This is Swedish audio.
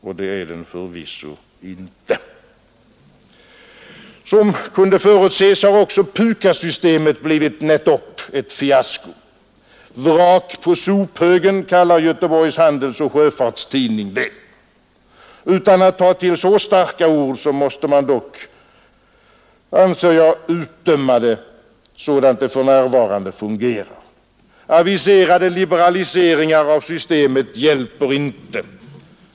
Och det är det förvisso inte. Som kunde förutses har också PUKAS-systemet blivit nättopp ett fiasko — vrak på sophögen, kallar Göteborgs Handelsoch Sjöfarts-Tidning det. Utan att ta till så starka ord måste man dock, anser jag, utdöma systemet sådant det för närvarande fungerar. Aviserade liberaliseringar av systemet hjälper inte.